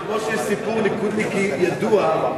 זה כמו שיש סיפור ליכודניקי ידוע,